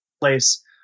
place